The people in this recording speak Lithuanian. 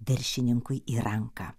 viršininkui į ranką